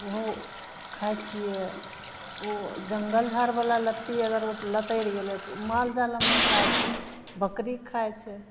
ओहो खाइत छियै ओ जङ्गल झाड़बला लत्ती अगर लत्तरि गेलै तऽ ओ मालजाल हम्मर खाइत छै बकरी खाइत छै